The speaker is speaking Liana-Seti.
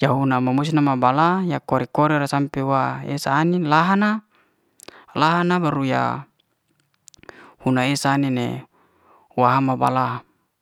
ya hona, mu- musna ma bala ya kore kore ra sampe esa anin la'han na la'han na baru ya una esa anin ya wa hana bala.